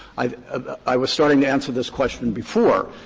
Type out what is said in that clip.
i ah i was starting to answer this question before.